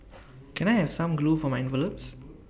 can I have some glue for my envelopes